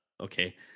Okay